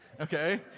Okay